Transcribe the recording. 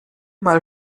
mal